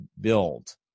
build